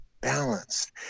balanced